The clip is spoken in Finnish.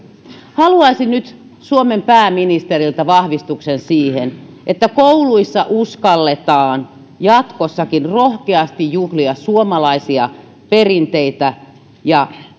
haluaisin nyt suomen pääministeriltä vahvistuksen siihen että kouluissa uskalletaan jatkossakin rohkeasti juhlia suomalaisia perinteitä ja